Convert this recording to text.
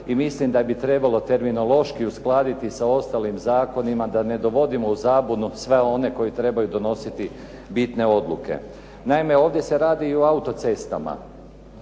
I milim da bi trebalo terminološki uskladiti sa ostalim zakonima da ne dovodimo u zabunu sve one koji trebaju donositi bitne odluke. Naime, ovdje se radi i o autocestama.